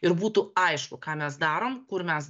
ir būtų aišku ką mes darom kur mes